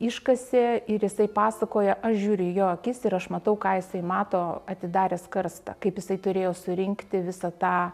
iškasė ir jisai pasakoja aš žiūriu į jo akis ir aš matau ką jisai mato atidaręs karstą kaip jisai turėjo surinkti visą tą